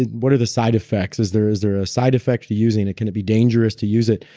what are the side effects? is there is there a side effect to using it? can it be dangerous to use it?